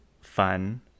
fun